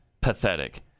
Pathetic